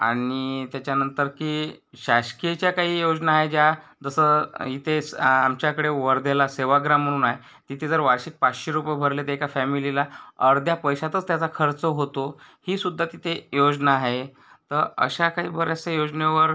आणि त्याच्यानंतरची शासकीयच्या काही योजना आहेत ज्या जसं इथेच आमच्याकडं वर्धेला सेवाग्राम म्हणून आहे तिथे जर वार्षिक पाचशे रुपये भरले तर एका फॅमिलीला अर्ध्या पैशातच त्याचा खर्च होतो तीसुद्धा तिथे योजना आहे तर अशा काही बऱ्याचशा योजनेवर